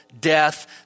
death